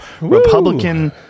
Republican